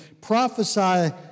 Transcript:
Prophesy